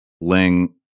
Ling